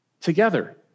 together